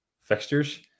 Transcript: fixtures